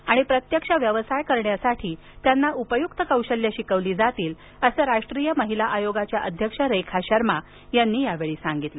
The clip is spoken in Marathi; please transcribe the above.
तसेच प्रत्यक्ष व्यवसाय करण्यासाठी उपयुक्त कौशल्य शिकवली जातील असं राष्ट्रीय महिला आयोगाच्या अध्यक्ष रेखा शर्मा यांनी यावेळी सांगितलं